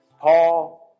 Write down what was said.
Paul